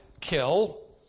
Kill